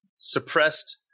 Suppressed